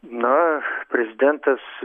na prezidentas